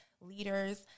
leaders